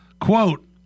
Quote